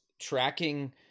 Tracking